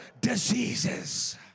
diseases